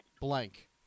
blank